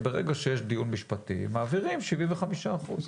ברגע שיש דיון משפטי מעבירים שבעים וחמישה אחוז,